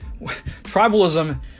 tribalism